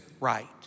right